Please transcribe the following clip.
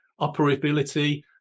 operability